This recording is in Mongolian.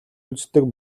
үздэг